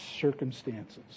circumstances